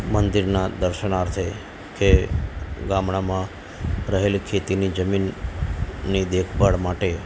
મંદિરનાં દર્શનાર્થે કે ગામડામાં રહેલી ખેતીની જમીનની દેખભાળ માટે